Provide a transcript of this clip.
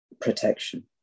protection